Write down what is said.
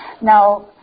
Now